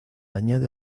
añade